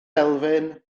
elfyn